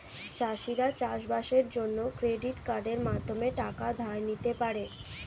চাষিরা চাষবাসের জন্য ক্রেডিট কার্ডের মাধ্যমে টাকা ধার নিতে পারে